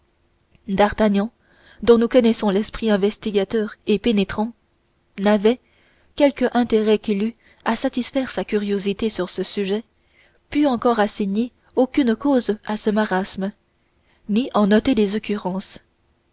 d'artagnan dont nous connaissons l'esprit investigateur et pénétrant n'avait quelque intérêt qu'il eût à satisfaire sa curiosité sur ce sujet pu encore assigner aucune cause à ce marasme ni en noter les occurrences